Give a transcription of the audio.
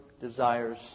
desires